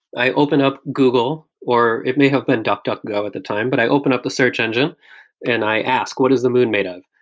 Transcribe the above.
i open up google, or it may have been duckduckgo at the time, but i open up the search engine and i ask what is the moon made of?